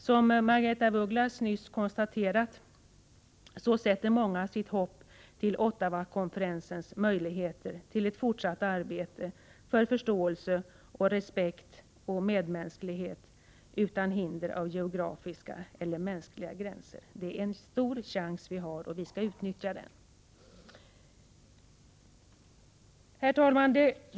Som Margaretha af Ugglas nyss konstaterat sätter många sitt hopp till Ottawakonferensens möjligheter till fortsatt arbete för förståelse, respekt och medmänsklighet utan hinder av geografiska eller mänskliga gränser. Det är en stor chans som vi har och som vi skall utnyttja. Herr talman!